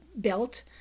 built